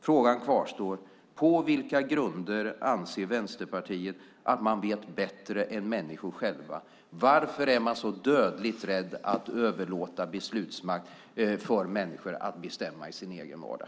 Frågan kvarstår: På vilka grunder anser ni i Vänsterpartiet att ni vet bättre än människor själva? Varför är ni så dödligt rädda att överlåta makten åt människor att bestämma över sin egen vardag?